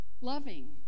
loving